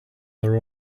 their